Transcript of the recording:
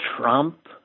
Trump